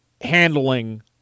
handling